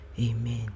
amen